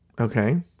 okay